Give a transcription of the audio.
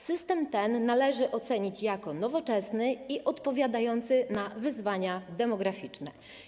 System ten należy ocenić jako nowoczesny i odpowiadający na wyzwania demograficzne.